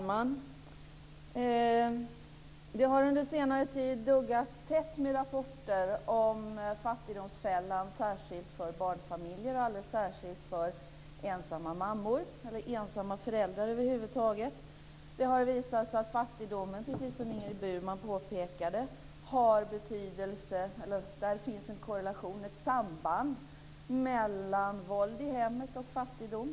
Fru talman! Under senare tid har rapporter om fattigdomsfällan duggat tätt. Det gäller särskilt för barnfamiljer och alldeles särskilt för ensamma mammor eller ensamma föräldrar över huvud taget. Det har visat sig att det, precis som Ingrid Burman påpekade, finns en korrelation, ett samband, mellan våld i hemmet och fattigdom.